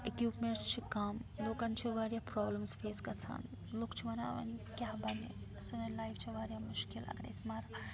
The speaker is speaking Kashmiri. ایکِپوٗمٮ۪نٛٹٕس چھِ کَم لُکَن چھِ واریاہ پرٛابلِمٕز فیس گَژھان لُکھ چھِ وَنان وَنہِ کیٛاہ بَننہِ سٲنۍ لایف چھِ واریاہ مُشکِل اَگر أسۍ مَرو